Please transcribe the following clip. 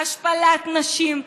להשפלת נשים,